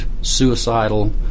suicidal